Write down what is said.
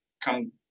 come